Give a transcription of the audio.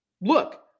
look